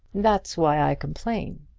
that's why i complain.